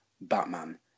Batman